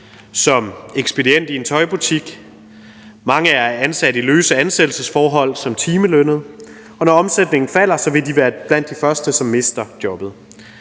som ekspedient i en tøjbutik. Mange er ansat i løse ansættelsesforhold som timelønnede, og når omsætningen falder, vil de være blandt de første, som mister jobbet.